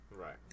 Right